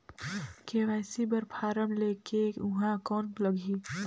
KYC बर form ले के ऊहां कौन लगही?